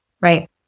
Right